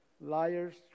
liars